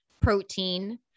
protein